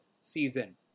season